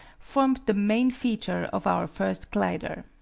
formed the main feature of our first glider.